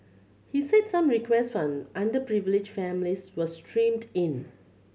he said some requests from underprivileged families were streamed in